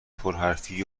پرحرفی